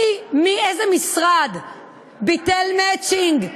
איזה משרד ביטל מצ'ינג?